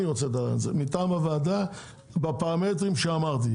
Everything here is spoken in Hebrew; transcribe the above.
בפרמטרים שאמרתי.